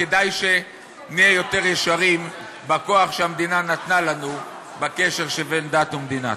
כדאי שנהיה יותר ישרים בכוח שהמדינה נתנה לנו בקשר שבין דת ומדינה.